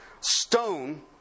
stone